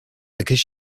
because